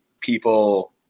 people